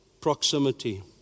proximity